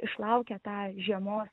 išlaukia tą žiemos